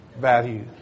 value